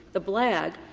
the blag,